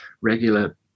regular